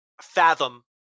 fathom